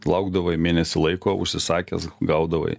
laukdavai mėnesį laiko užsisakęs gaudavai